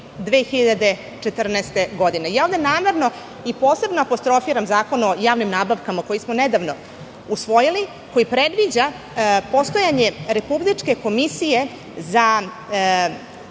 2014. godine. Ovde namerno i posebno apostrofiram Zakon o javnim nabavkama, koji smo nedavno usvojili, a koji predviđa postojanje republičke komisije.